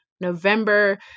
November